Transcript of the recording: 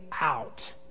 out